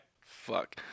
Fuck